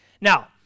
Now